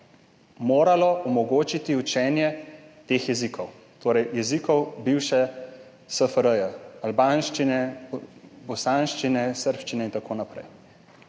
moralo omogočiti učenje teh jezikov, torej jezikov bivše SFRJ: albanščine, bosanščine, srbščine in tako naprej.